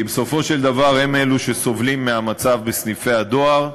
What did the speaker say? כי בסופו של דבר הם אלה שסובלים מהמצב בסניפי הדואר,